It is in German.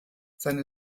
seine